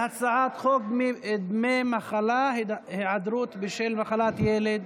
על הצעת חוק דמי מחלה (היעדרות בשל מחלת ילד)